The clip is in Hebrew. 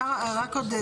רק עוד שתי שאלות.